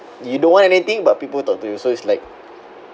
you don't want anything about people talk to you so it's like